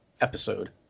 episode